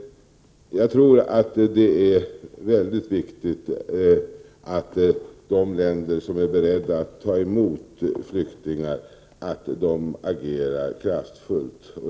Jag tror att det är mycket viktigt att de länder som är beredda att ta emot flyktingar agerar kraftfullt.